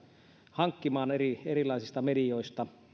hankkimaan erilaisista medioista